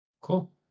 Cool